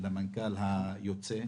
למנכ"ל היוצא,